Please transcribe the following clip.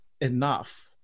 enough